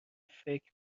فکر